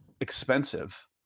expensive